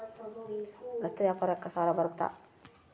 ರಸ್ತೆ ವ್ಯಾಪಾರಕ್ಕ ಸಾಲ ಬರುತ್ತಾ?